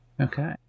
Okay